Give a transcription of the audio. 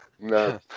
No